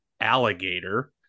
alligator